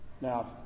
Now